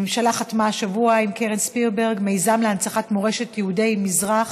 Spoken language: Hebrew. הממשלה חתמה השבוע עם קרן שפילברג על מיזם להנצחת מורשת יהודי המזרח.